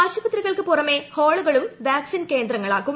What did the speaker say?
ആശുപത്രികൾക്ക് പുറമേ ഹാളുകളും വാക്സിൻ കേന്ദ്രങ്ങളാക്കും